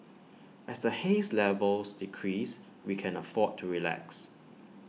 as the haze levels decrease we can afford to relax